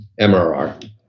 MRR